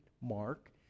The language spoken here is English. mark